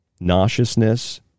nauseousness